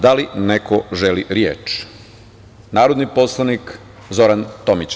Da li neko želi reč? (Da.) Reč ima narodni poslanik Zoran Tomić.